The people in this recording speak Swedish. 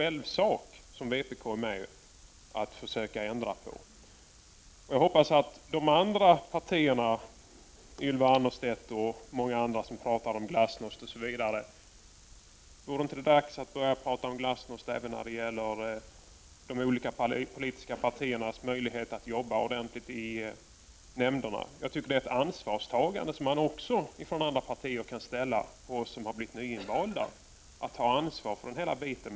Ylva Annerstedt från folkpartiet och företrädare från andra partier har talat om glasnost. Vore det nu inte dags att börja tala om glasnost även när det gäller de olika politiska partiernas möjligheter att arbeta ordentligt i nämnderna? De övriga partierna borde kunna lägga på oss såsom nyvalda ett ansvar för hela biten.